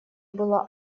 было